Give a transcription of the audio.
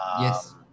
Yes